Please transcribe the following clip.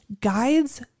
guides